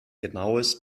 genaues